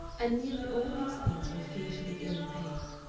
and nearly all these things were fearfully ill-paid.